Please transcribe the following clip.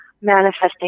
manifesting